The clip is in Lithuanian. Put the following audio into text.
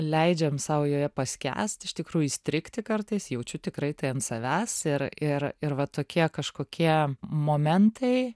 leidžiam sau joje paskęsti iš tikrųjų įstrigti kartais jaučiu tikrai tai ant savęs ir ir ir va tokie kažkokie momentai